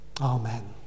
Amen